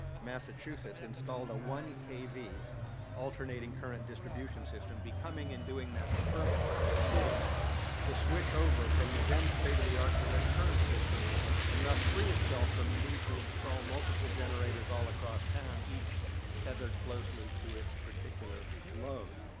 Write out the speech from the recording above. massachusetts, installed a one kv alternating current distribution system, be coming and doing that the first city to switch over from the then state of the art direct current system and thus free itself from the need to install multiple generators all across town each tethered closely to its particular load.